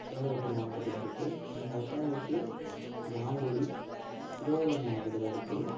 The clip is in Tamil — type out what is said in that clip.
செங்கல்பட்டு மாவட்டத்தில் இருக்குது எங்கள் அப்பாவுக்கு மாங்குடி திருவாரூர் மாவட்டத்தில் இருக்குது